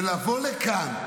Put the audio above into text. לבוא לכאן,